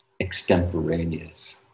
extemporaneous